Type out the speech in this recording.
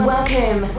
Welcome